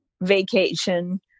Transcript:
vacation